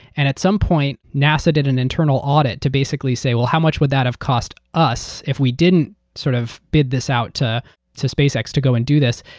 and at some point, nasa did an internal audit to basically say, how much would that have cost us if we didn't sort of bid this out to to spacex to go and do this?